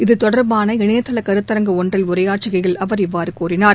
இது தொடர்பான இணையதள கருத்தரங்கு ஒன்றில் உரையாற்றுகையில் அவர் இவ்வாறு கூறினார்